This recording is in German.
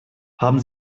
haben